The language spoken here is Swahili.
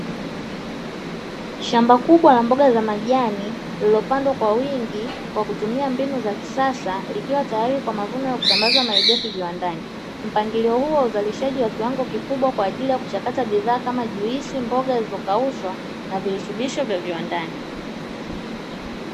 Shamba kubwa la mboga za majani lilopandwa kwa wingi, kwa kutumia mbinu za kisasa ikiwa tayari kwa mavuno ya kusambaza maligafi kiwandani. Mpangilio huo wa uzalishaji wa kiwango kikubwa kwa ajili ya kuchakata bidhaa kama vile juisi na mboga zilizokaushwa na virutubisho vya viwandani.